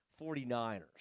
49ers